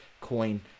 coin